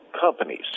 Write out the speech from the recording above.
companies